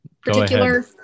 particular